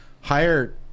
hire